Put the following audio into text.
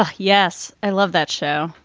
ah yes. i love that show.